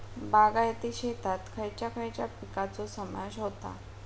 बागायती शेतात खयच्या खयच्या पिकांचो समावेश होता?